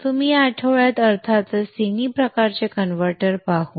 आपण या आठवड्यात अर्थातच तीनही प्रकारचे कन्व्हर्टर पाहू